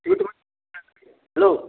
hello